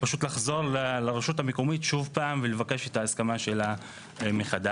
פשוט לחזור לרשות המקומית שוב פעם ולבקש את ההסכמה שלה מחדש.